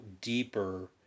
deeper